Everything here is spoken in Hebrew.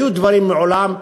היו דברים מעולם.